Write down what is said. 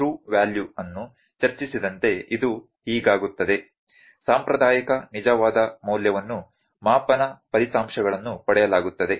ಆದ್ದರಿಂದ ನಾವು ನಿಜವಾದ ಮೌಲ್ಯವನ್ನು ಚರ್ಚಿಸಿದಂತೆ ಇದು ಹೀಗಾಗುತ್ತದೆ ಸಾಂಪ್ರದಾಯಿಕ ನಿಜವಾದ ಮೌಲ್ಯವನ್ನು ಮಾಪನ ಫಲಿತಾಂಶಗಳನ್ನು ಪಡೆಯಲಾಗುತ್ತದೆ